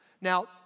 now